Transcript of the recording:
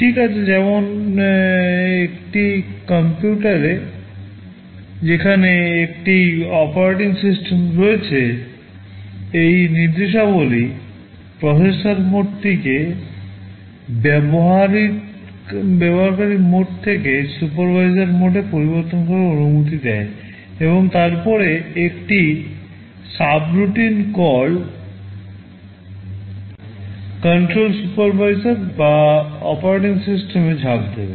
ঠিক আছে এমন একটি কম্পিউটারে যেখানে একটি অপারেটিং সিস্টেম রয়েছে এই নির্দেশাবলী প্রসেসর মোডটিকে ব্যবহারকারীর মোড থেকে সুপারভাইজার মোডে পরিবর্তন করার অনুমতি দেয় এবং তারপরে একটি subroutine call control সুপারভাইজার বা অপারেটিং সিস্টেমে ঝাঁপ দেবে